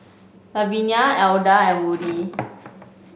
Lavenia Alda and Woody